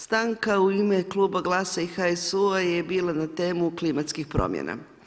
Stanka u ime Kluba GLAS-a i HSU-a je bila na temu klimatskih promjena.